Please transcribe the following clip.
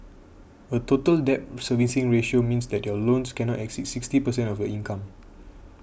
a Total Debt Servicing Ratio means that your loans cannot exceed sixty percent of your income